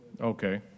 Okay